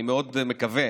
אני מאוד מקווה